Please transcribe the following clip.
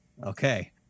Okay